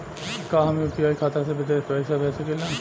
का हम यू.पी.आई खाता से विदेश में पइसा भेज सकिला?